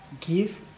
give